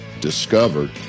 discovered